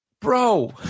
bro